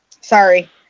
Sorry